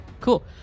cool